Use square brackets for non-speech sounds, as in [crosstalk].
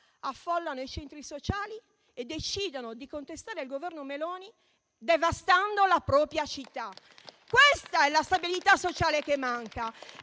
affollano i centri sociali e decidono di contestare il Governo Meloni devastando la propria città. [applause] Questa è la stabilità sociale che manca,